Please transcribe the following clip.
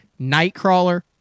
Nightcrawler